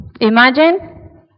imagine